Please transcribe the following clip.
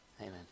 Amen